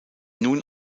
nun